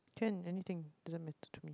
can anything doesn't matter to me